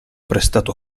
prestato